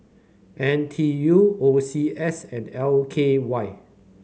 N T U O C S and L K Y